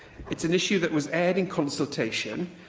it's an issue that was aired in consultation,